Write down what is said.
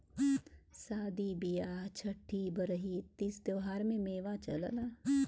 सादी बिआह छट्ठी बरही तीज त्योहारों में मेवा चलला